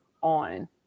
on